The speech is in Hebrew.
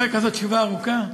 אחרי כזאת תשובה ארוכה?